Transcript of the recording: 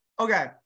Okay